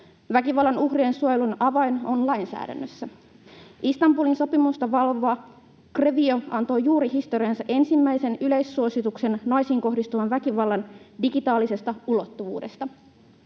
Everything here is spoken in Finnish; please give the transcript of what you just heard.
Väkivallan uhrien suojelun avain on lainsäädännössä. Istanbulin sopimusta valvova GREVIO antoi juuri historiansa ensimmäisen yleissuosituksen naisiin kohdistuvan väkivallan digitaalisesta ulottuvuudesta.